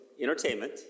entertainment